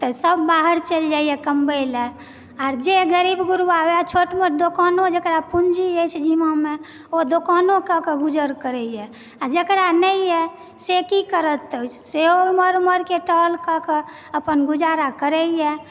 तऽ सभ बाहर चलि जाइए कमबयलऽ आ जे गरीब गुरबा वएह छोट मोट दोकानो जेकरा पूंजी अछि जिम्मामऽ ओ दुकानो कऽ कऽ गुजर करइए आ जेकरा नहि यऽ से की करत सेहो एमहर ओमहरके टहलकऽ कऽ अपन गुजारा करइए